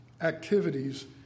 activities